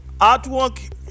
artwork